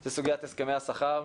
זו סוגיית הסכמי השכר.